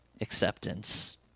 acceptance